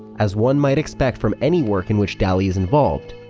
as one might expect from any work in which dali is involved,